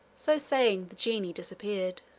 so saying, the genie disappeared.